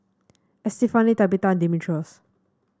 Estefany Tabitha Dimitrios